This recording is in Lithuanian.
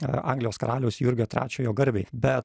anglijos karaliaus jurgio trečiojo garbei bet